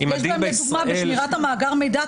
יש בהם לדוגמה בשמירת המאגר מידע,